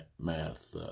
math